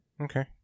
okay